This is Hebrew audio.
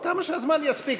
כמה שהזמן יספיק.